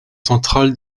central